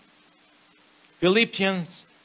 Philippians